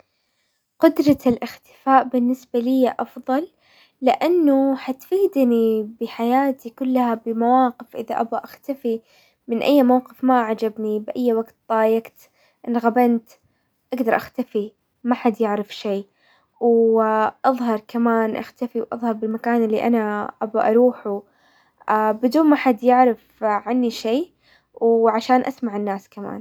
قدرة الاختفاء بالنسبة لي افضل لانه حتفيدني بحياتي كلها، بمواقف- اذا ابغى اختفي من اي موقف ما عجبني باي وقت تضايقت، انغبنت، اقدر اختفي ما حد يعرف شي. اظهر كمان، اختفي واظهر بالمكان اللي انا ابغى اروحه، بدون ما احد يعرف عني شي وعشان اسمع الناس كمان.